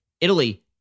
Italy